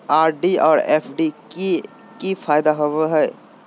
RD और FD के की फायदा होबो हइ?